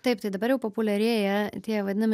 taip tai dabar jau populiarėja tie vadinami